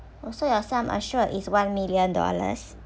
oh so your sum assured is one million dollars